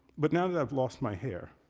but now that i've lost my hair,